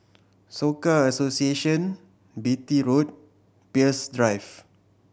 Soka Association Beatty Road Peirce Drive